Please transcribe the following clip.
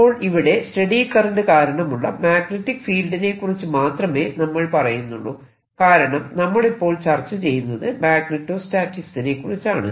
അപ്പോൾ ഇവിടെ steady current കാരണമുള്ള മാഗ്നെറ്റിക് ഫീൽഡിനെക്കുറിച്ച് മാത്രമേ നമ്മൾ പറയുന്നുള്ളൂ കാരണം നമ്മൾ ഇപ്പോൾ ചർച്ചചെയ്യുന്നത് മാഗ്നെറ്റോസ്റ്റാറ്റിക്സിനെക്കുറിച്ചാണ്